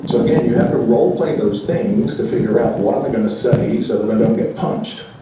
so again, you have to role-play those things to figure out, what am i going to say so that i don't get punched?